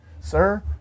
Sir